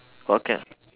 or can